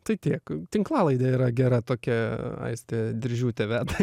tai tiek tinklalaidė yra gera tokia aistė diržiūtė veda